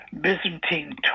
Byzantine